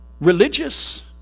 religious